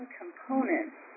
components